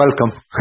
welcome